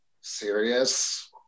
serious